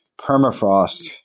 permafrost